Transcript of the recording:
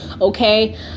okay